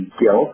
guilt